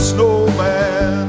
Snowman